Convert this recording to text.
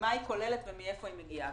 מה היא כוללת ומאיפה היא מגיעה.